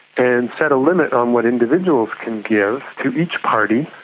and set a limit on what individuals can give to each party.